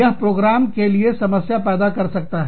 यह प्रोग्राम के लिए समस्या पैदा कर सकता है